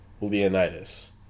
Leonidas